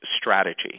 strategy